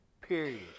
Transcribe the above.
period